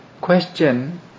Question